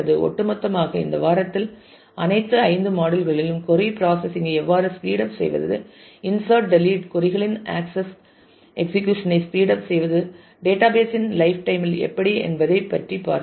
ஒட்டுமொத்தமாக இந்த வாரத்தில் அனைத்து 5 மாடியுல் களிலும் கொறி ப்ராசசிங் ஐ எவ்வாறு ஸ்பீட்அப் செய்வது இன்சர்ட் டெலிட் கொறி களின் ஆக்சஸ் எக்ஸிகியூசன் ஐ ஸ்பீட்அப் செய்வது டேட்டாபேஸ் இன் லைஃப் டைம் இல் எப்படி என்பதைப் பற்றி பார்த்தோம்